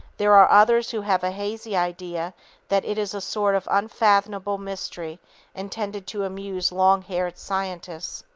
there are others who have a hazy idea that it is a sort of unfathomable mystery intended to amuse long-haired scientists.